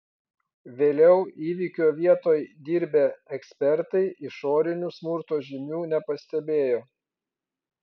vėliau įvykio vietoj dirbę ekspertai išorinių smurto žymių nepastebėjo